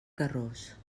carròs